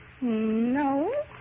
No